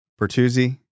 Bertuzzi